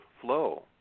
flow